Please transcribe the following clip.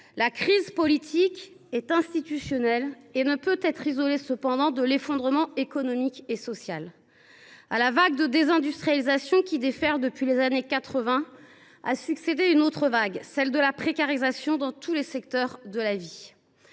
la crise politique est institutionnelle, elle ne peut pas être isolée de l’effondrement économique et social. À la vague de désindustrialisation qui déferle depuis les années 1980 a succédé une autre vague, celle de la précarisation dans tous les secteurs de la vie.